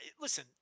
listen